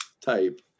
type